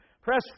Press